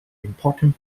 important